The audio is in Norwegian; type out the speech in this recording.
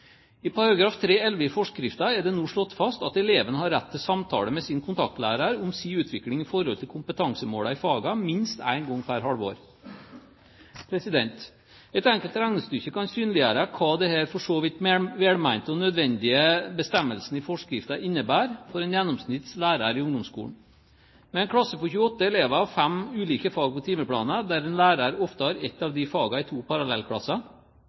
i forskriften er det nå slått fast at eleven har rett til samtale med sin kontaktlærer om sin utvikling i forhold til kompetansemålene i fagene minst en gang per halvår. Et enkelt regnestykke kan synliggjøre hva denne for så vidt velmente og nødvendige bestemmelsen i forskriften innebærer for en gjennomsnitts lærer i ungdomsskolen: Med en klasse på 28 elever og fem ulike fag på timeplanen, der en lærer ofte har ett av disse fagene i to parallellklasser,